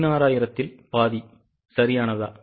16000 இல் பாதி சரியானதா